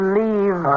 leave